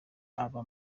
aba